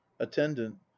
attendant